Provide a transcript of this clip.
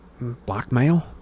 blackmail